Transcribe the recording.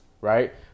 right